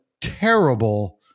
terrible